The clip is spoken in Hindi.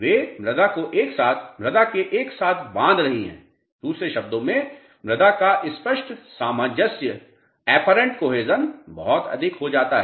वे मृदा को एक साथ मृदा में एक साथ बांध रहे हैं दूसरे शब्दों में मृदा का स्पष्ट सामंजस्य अपरेंट कोहेसन बहुत अधिक हो जाता है